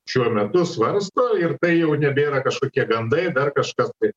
šiuo metu svarsto ir tai jau nebėra kažkokie gandai dar kažkas tai